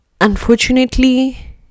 unfortunately